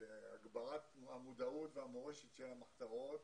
להגברת המודעות והמורשת של המחתרות,